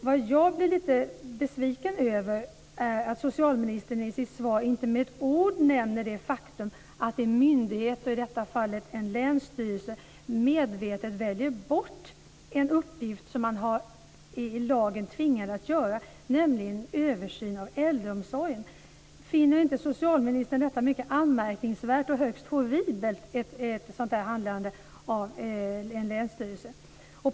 Vad jag blir lite besviken över är att socialministern i sitt svar inte med ett ord nämner det faktum att en myndighet, och i detta fall en länsstyrelse, medvetet väljer bort en uppgift som man enligt lagen är tvingad att göra, nämligen översyn av äldreomsorgen. Finner inte socialministern detta handlande av en länsstyrelse mycket anmärkningsvärt och högst horribelt?